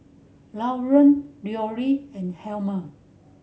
Lauren Leroy and Helmer